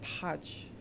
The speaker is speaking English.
touch